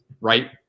right